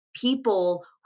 People